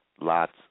Lot's